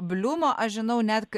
bliumo aš žinau net